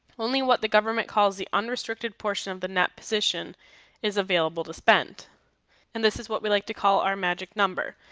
only what the government calls the unrestricted portion of the net position is available to spend and this is what we like to call our magic number,